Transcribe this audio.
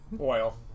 Oil